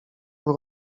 pół